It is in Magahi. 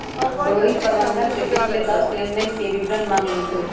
रोहित प्रबंधक से पिछले दस लेनदेन के विवरण मांगल कई